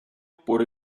por